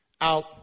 out